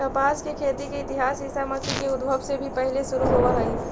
कपास के खेती के इतिहास ईसा मसीह के उद्भव से भी पहिले शुरू होवऽ हई